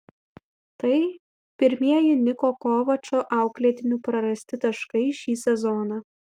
tai pirmieji niko kovačo auklėtinių prarasti taškai šį sezoną